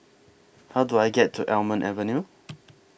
How Do I get to Almond Avenue